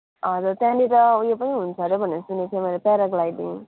अरे त्यहाँनिर उयो पनि हुन्छ अरे भनेको सुनेको थिएँ मैले प्याराग्लाइडिङ